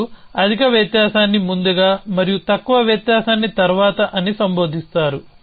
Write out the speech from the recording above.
మీరు అధిక వ్యత్యాసాన్ని ముందుగా మరియు తక్కువ వ్యత్యాసాన్ని తర్వాత అని సంబోధిస్తారు